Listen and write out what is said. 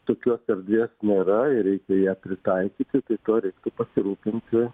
tokios erdvės nėra ir reikia ją pritaikyti tai tuo reiktų pasirūpinsiu